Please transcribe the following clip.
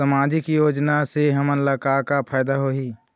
सामाजिक योजना से हमन ला का का फायदा होही?